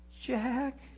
Jack